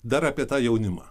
dar apie tą jaunimą